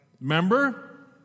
Remember